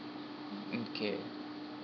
mm okay